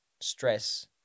stress